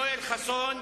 יואל חסון,